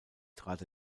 trat